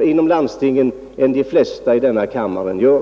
inom landstinget än de flesta i denna kammare gör.